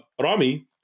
Rami